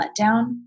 letdown